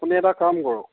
আপুনি এটা কাম কৰক